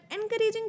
encouraging